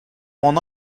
mon